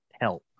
help